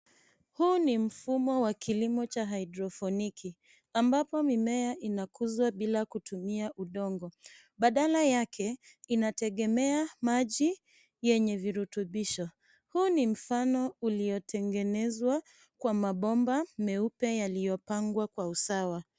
Huu ni mfumo wa kilimo cha haidroponiki ambapo mimea inakuzwa bila kutumia udongo. Badala yake, inategemea maji yenye virutubisho. Huu ni mfano uliotengenezwa kwa mabomba meupe yaliyopangwa kwa usawa.